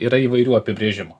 yra įvairių apibrėžimų